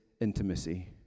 intimacy